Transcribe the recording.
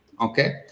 okay